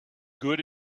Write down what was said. good